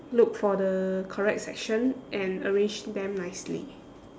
look for the correct section and arrange them nicely